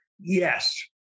Yes